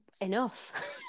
enough